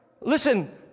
Listen